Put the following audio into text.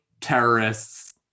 terrorists